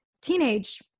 teenage